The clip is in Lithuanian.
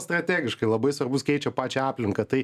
strategiškai labai svarbus keičia pačią aplinką tai